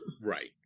right